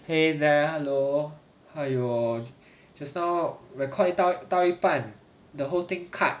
!hey! there hello !aiyo! just now record 一到一半 the whole thing cut